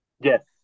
Yes